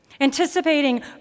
anticipating